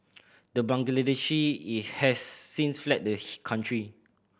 the Bangladeshi has since fled the country